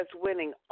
winning